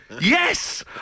yes